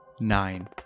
Nine